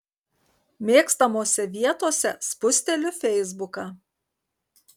mėgstamose vietose spusteliu feisbuką